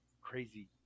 crazy